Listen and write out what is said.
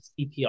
CPR